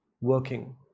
working